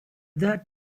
that